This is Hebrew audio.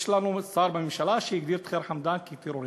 יש לנו שר בממשלה שהגדיר כטרוריסט